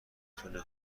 تونه